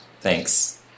thanks